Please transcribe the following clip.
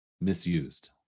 misused